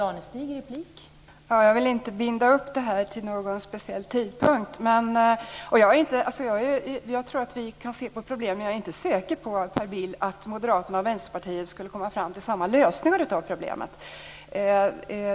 Fru talman! Jag vill inte binda upp detta till någon speciell tidpunkt. Vi kan se på problemet, men jag är inte säker på att Moderaterna och Vänsterpartiet skulle komma fram till samma lösning av det, Per Bill.